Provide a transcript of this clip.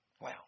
Wow